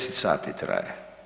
10 sati traje.